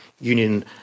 Union